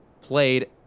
played